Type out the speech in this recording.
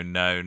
no